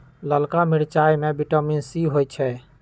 ललका मिरचाई में विटामिन सी होइ छइ